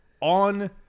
on